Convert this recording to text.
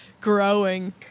growing